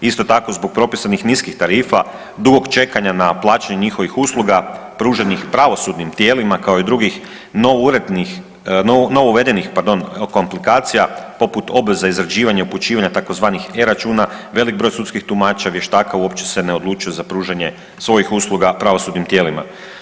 Isto tako zbog propisanih niskih tarifa, dugog čekanja na plaćanje njihovih usluga pruženih pravosudnim tijelima kao i drugih novourednih, novouvedenih pardon komplikacija poput obveza izrađivanja upućivanja tzv. e-računa velik broj sudskih tumača, vještaka uopće se ne odlučuje za pružanje svojih usluga pravosudnim tijelima.